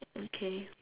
okay